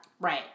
Right